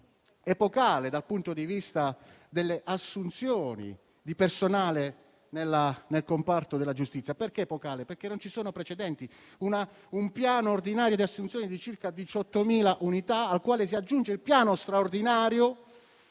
epocale per quel che riguarda le assunzioni di personale nel comparto della giustizia. Essa è epocale, perché non ci sono precedenti di un piano ordinario di assunzioni di circa 18.000 unità, al quale si aggiunge il piano straordinario,